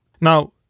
Now